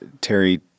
Terry